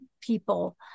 people